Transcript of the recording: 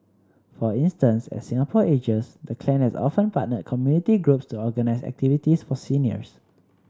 for instance as Singapore ages the clan has often partnered community groups to organise activities for seniors